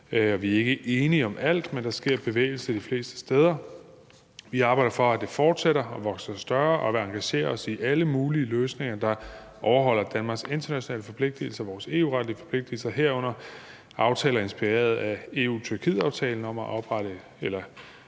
Vi er ikke enige om alt, men der sker bevægelse de fleste steder. Vi arbejder for, at det fortsætter og vokser sig større, og vil engagere os i alle mulige løsninger, der overholder Danmarks internationale forpligtigelser og EU-retlige forpligtigelser, herunder aftaler inspireret af EU-Tyrkiet-aftalen om at oprette modtagecentre